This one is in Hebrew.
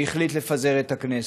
והחליט לפזר את הכנסת.